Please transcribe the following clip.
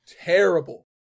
Terrible